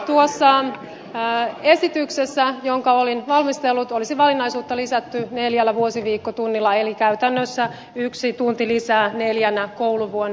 tuossa esityksessä jonka olin valmistellut olisi valinnaisuutta lisätty neljällä vuosiviikkotunnilla eli käytännössä yksi tunti lisää neljänä kouluvuonna